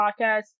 podcast